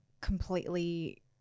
completely